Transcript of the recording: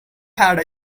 had